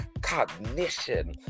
cognition